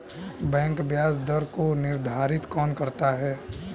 Bank ब्याज दर को निर्धारित कौन करता है?